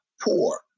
poor